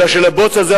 אלא שלבוץ הזה,